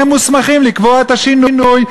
והם מוסמכים לקבוע את השינוי.